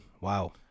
Wow